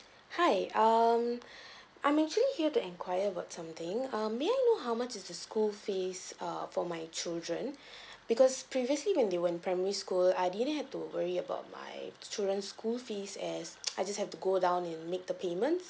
hi um I'm actually here to enquire about something um may I know how much is the school fees err for my children because previously when they were in primary school I didn't have to worry about my children school fees as I just have to go down and make the payment